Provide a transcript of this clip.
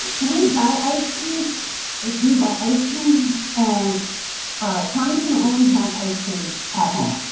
we buy ice cream like we buy ice cream and tommy can only have ice cream at home.